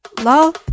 Love